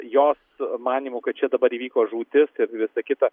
jos manymu kad čia dabar įvyko žūtis ir visa kita